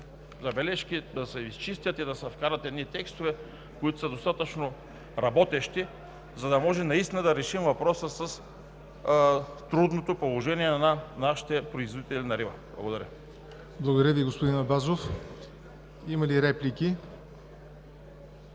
Благодаря Ви, господин Абазов. Има ли реплики?